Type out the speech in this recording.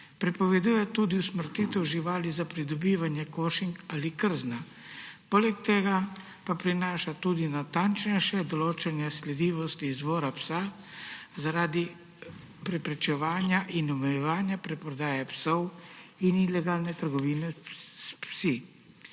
Prepoveduje tudi usmrtitev živali za pridobivanje kož ali krzna. Poleg tega pa prinaša tudi natančnejše določanje sledljivosti izvora psa zaradi preprečevanja in omejevanja preprodaje psov in ilegalne trgovine s psi.